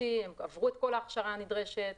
הם עברו את כל ההכשרה הנדרשת.